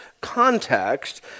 context